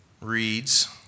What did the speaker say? reads